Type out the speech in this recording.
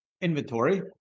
inventory